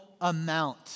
amount